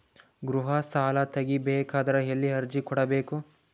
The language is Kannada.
ಗೃಹ ಸಾಲಾ ತಗಿ ಬೇಕಾದರ ಎಲ್ಲಿ ಅರ್ಜಿ ಕೊಡಬೇಕು?